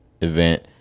event